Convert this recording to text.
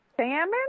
salmon